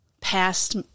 past